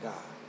God